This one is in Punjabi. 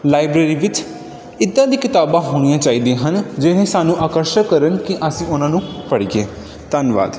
ਲਾਈਬ੍ਰੇਰੀ ਵਿੱਚ ਇੱਦਾਂ ਦੀ ਕਿਤਾਬਾਂ ਹੋਣੀਆਂ ਚਾਹੀਦੀਆਂ ਹਨ ਜਿਵੇਂ ਸਾਨੂੰ ਆਕਰਸ਼ਕ ਕਰਨ ਕਿ ਅਸੀਂ ਉਹਨਾਂ ਨੂੰ ਪੜ੍ਹੀਏ ਧੰਨਵਾਦ